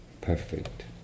perfect